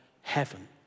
heaven